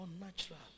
Unnatural